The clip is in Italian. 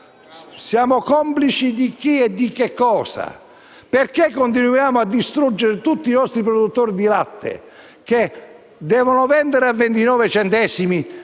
Siamo complici di chi e di che cosa? Perché continuiamo a distruggere tutti i nostri produttori di latte, che devono vendere a 29 centesimi,